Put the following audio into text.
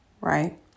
Right